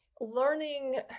learning